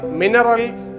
minerals